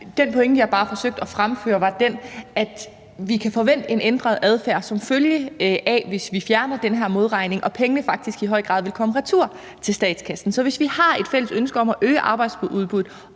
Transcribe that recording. Den pointe, jeg bare forsøgte at fremføre, var den, at vi kan forvente en ændret adfærd, som følge af at vi fjerner den her modregning, og pengene vil faktisk i høj grad komme retur til statskassen. Så hvis vi har et fælles ønske om at øge arbejdsudbuddet,